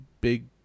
big